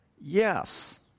Yes